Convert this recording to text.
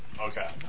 Okay